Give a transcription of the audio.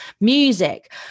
music